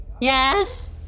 Yes